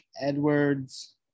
Edwards